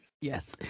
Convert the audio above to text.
Yes